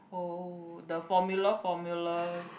oh the formula formula